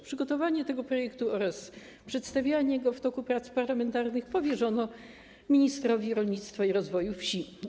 Przygotowanie tego projektu oraz przedstawianie go w toku prac parlamentarnych powierzono ministrowi rolnictwa i rozwoju wsi.